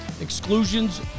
Exclusions